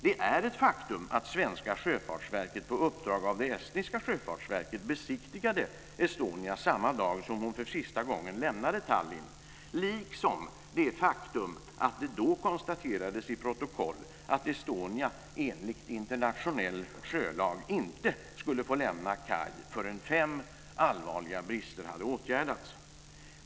Det är ett faktum att det svenska sjöfartsverket på uppdrag av det estniska sjöfartsverket besiktigade Tallinn, liksom att det då konstaterades i protokoll att Estonia enligt internationell sjölag inte skulle få lämna kaj förrän fem allvarliga brister hade åtgärdats.